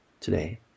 today